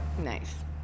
Nice